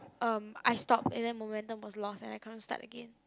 um I stop and then momentum was lost and I can't start again